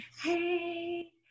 hey